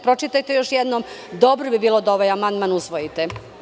Pročitajte još jednom, jer dobro bi bilo da ovaj amandman usvojite.